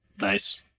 Nice